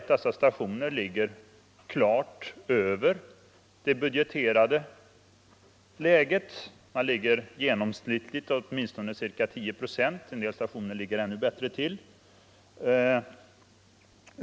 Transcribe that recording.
Dessa stationer ligger emellertid klart över den i budgeten beräknade lönsamhetsnivån — genomsnittligt åtminstone 10 procent över denna, och en del stationer ligger ännu bättre till.